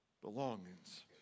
belongings